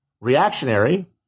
reactionary